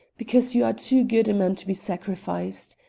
because you are too good a man to be sacrificed.